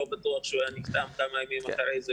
לא בטוח שהיה נחתם כמה ימים אחרי זה,